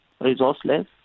Resourceless